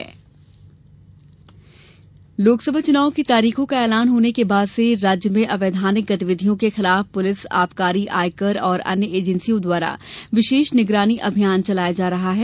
नकदी बरामद लोकसभा चुनाव की तारीखों का ऐलान होने के बाद से राज्य में अवैधानिक गतिविधियों के खिलाफ पुलिस आबकारी आयकर और अन्य एजेंसियों द्वारा विशेष निगरानी अभियान चलाया जा रहा है